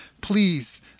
please